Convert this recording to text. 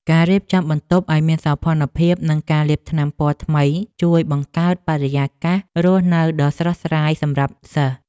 ការរៀបចំបន្ទប់ឱ្យមានសោភ័ណភាពនិងការលាបថ្នាំពណ៌ថ្មីជួយបង្កើតបរិយាកាសរស់នៅដ៏ស្រស់ស្រាយសម្រាប់សិស្ស។